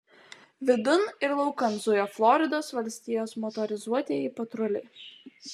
vidun ir laukan zujo floridos valstijos motorizuotieji patruliai